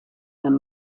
and